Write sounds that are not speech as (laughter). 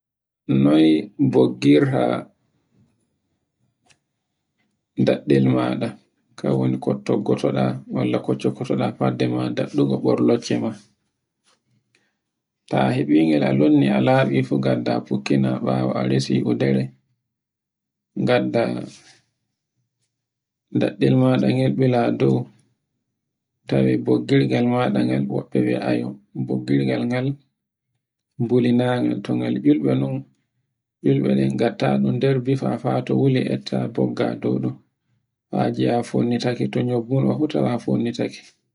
(noise) Noy boggirta daɗɗel maɗa, kan woni ko toggotoɗa, walla ko cokkotoɗa fadda ma daɗɗugo ɓornogo maɗa. Ta haɓi ngel a lunni a laɓi fu ngadda fukkina, ɓawo a resi wudere, ngadda daɗɗel maɗa ngel ɓila dow, tawe boggirgal maɗa ngal woɓɓe bia ai, boggirgal ngal bulinaga, to ngal culɓe non, culɓe ɗen ngatta nder bifa fa to wuli etta bogga dow ɗum fa giya a fonnitaake to nyobbuno fu tawa fonditaake.